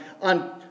On